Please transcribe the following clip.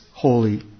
holy